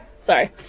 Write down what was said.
Sorry